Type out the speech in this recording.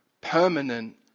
permanent